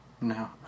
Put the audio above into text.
No